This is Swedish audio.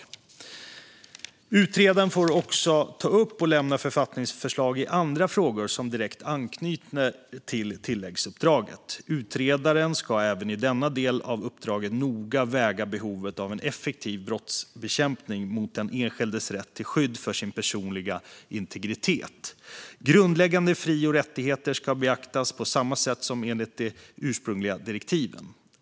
Utredaren får också ta upp och lämna författningsförslag i andra frågor som direkt anknyter till tilläggsuppdraget. Utredaren ska även i denna del av uppdraget noga väga behovet av en effektiv brottsbekämpning mot den enskildes rätt till skydd för sin personliga integritet. Grundläggande fri och rättigheter ska beaktas på samma sätt som enligt de ursprungliga direktiven.